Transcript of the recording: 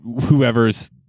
whoever's